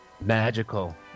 magical